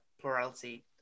plurality